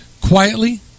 quietly